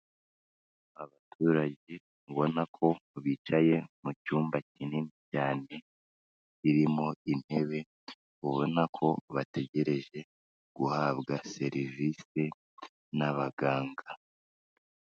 Abaturage ubona ko bicaye mu cyumba kinini cyane birimo intebe, ubona ko bategereje guhabwa service n'abaganga.